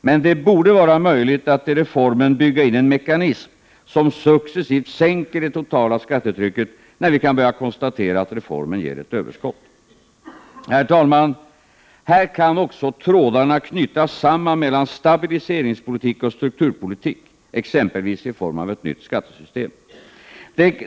Men det borde vara möjligt att i reformen bygga in en mekanism, som successivt sänker det totala skattetrycket när vi kan börja konstatera att reformen ger ett överskott. Herr talman! Här kan också trådarna knytas samman mellan stabiliseringspolitik och strukturpolitik, exempelvis i form av ett nytt skattesystem.